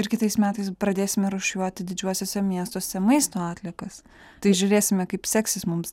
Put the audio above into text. ir kitais metais pradėsime rūšiuoti didžiuosiuose miestuose maisto atliekas tai žiūrėsime kaip seksis mums